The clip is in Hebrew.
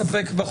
אין פתרון מספק?